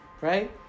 right